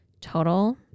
total